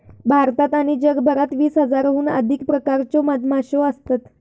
भारतात आणि जगभरात वीस हजाराहून अधिक प्रकारच्यो मधमाश्यो असत